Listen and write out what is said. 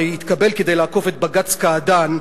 הרי התקבל כדי לעקוף את בג"ץ קעדאן.